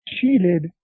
cheated